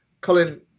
Colin